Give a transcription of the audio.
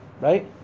right